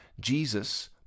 Jesus